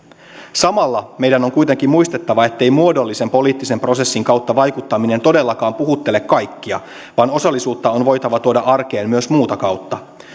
samalla meidän on kuitenkin muistettava ettei muodollisen poliittisen prosessin kautta vaikuttaminen todellakaan puhuttele kaikkia vaan osallisuutta on voitava tuoda arkeen myös muuta kautta